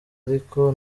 ariko